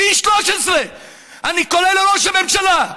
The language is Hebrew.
פי 13. אני קורא לראש הממשלה,